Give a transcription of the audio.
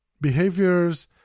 behaviors